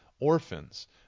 orphans